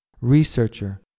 researcher